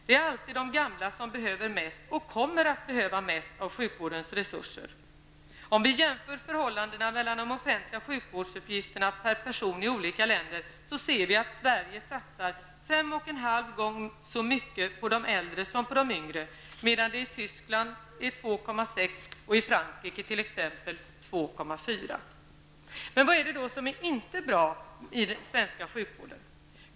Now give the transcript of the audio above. Det är alltid de gamla som behöver mest och som kommer att behöva mest av sjukvårdens resurser. Om vi jämför den offentliga sjukvårdens utgifter per person i olika länder ser vi att Sverige satsar fem och en halv gånger så mycket på de äldre som på de yngre. I Tyskland är siffran 2,6 och i t.ex. Frankrike 2,4 gånger. Vad är det då som inte är bra i den svenska sjukvården?